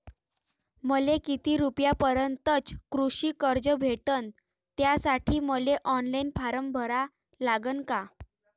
मले किती रूपयापर्यंतचं कृषी कर्ज भेटन, त्यासाठी मले ऑनलाईन फारम भरा लागन का?